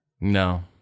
No